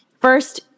first